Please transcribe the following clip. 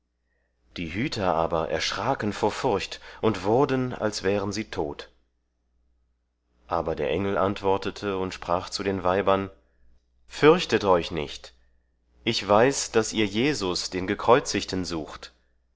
die hüter aber erschraken vor furcht und wurden als wären sie tot aber der engel antwortete und sprach zu den weibern fürchtet euch nicht ich weiß daß ihr jesus den gekreuzigten sucht